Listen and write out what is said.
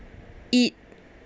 it